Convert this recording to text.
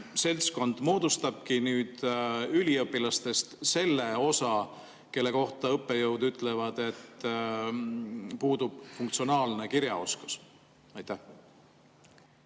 seltskond moodustabki nüüd üliõpilastest selle osa, kelle kohta õppejõud ütlevad, et puudub funktsionaalne kirjaoskus? Aitäh,